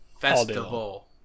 Festival